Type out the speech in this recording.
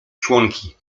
członki